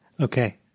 Okay